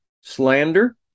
slander